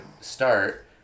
start